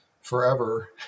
forever